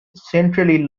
centrally